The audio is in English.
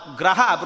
graha